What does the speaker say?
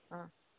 आं